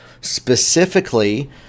specifically